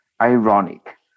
ironic